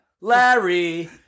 Larry